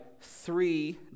three